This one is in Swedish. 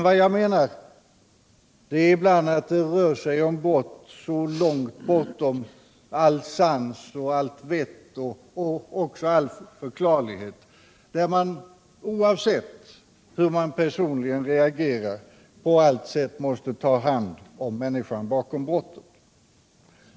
Vad jag menar är att det ibland rör sig om brott långt bortom all sans, allt vett och all förklarlighet, där man — oavsett hur man personligen reagerar — på allt sätt måste ta hand om människan bakom brottet.